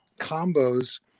combos